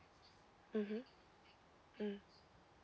mmhmm mm